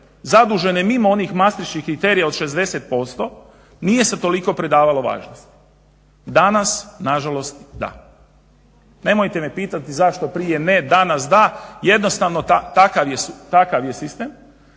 zadužene mimo onih mastriških kriterija od 60% nije se toliko pridavalo važnosti. Danas nažalost da. Nemojte me pitati zašto prije ne, danas da, jednostavno takav je sistem